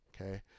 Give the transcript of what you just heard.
okay